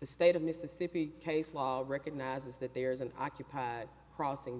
the state of mississippi case law recognizes that there is an occupied crossing